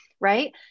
Right